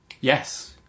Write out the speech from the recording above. Yes